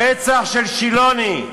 הרצח של שילוני,